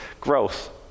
growth